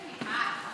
עד.